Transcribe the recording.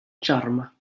ĉarma